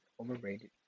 overrated